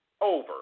over